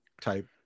type